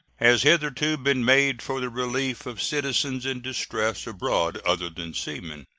has hitherto been made for the relief of citizens in distress abroad other than seamen.